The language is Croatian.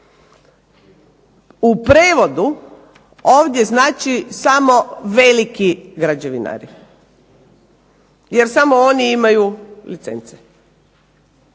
U prijevodu, ovdje znači samo veliki građevinari jer samo oni imaju licence,